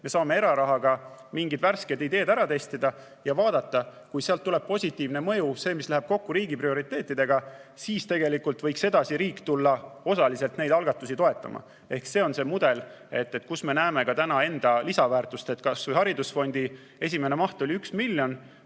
Me saame erarahaga mingid värsked ideed ära testida. Kui sealt tuleb positiivne mõju ja see läheb kokku riigi prioriteetidega, siis tegelikult võiks edasi riik tulla osaliselt neid algatusi toetama. Selline on see mudel ja selles me näeme enda lisaväärtust. Näiteks, Haridusfondi esimene maht oli üks miljon,